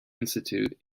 institute